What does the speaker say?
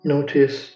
Notice